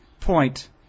point